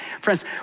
Friends